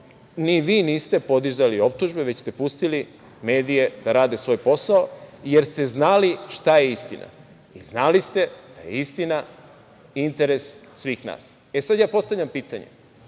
ni vi niste podizali optužbe, već ste pustili medije da rade svoj posao, jer ste znali šta je istina i znali ste da je istina interes svih nas. Postavljam pitanje,